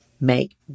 make